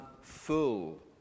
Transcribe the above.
full